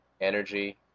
energy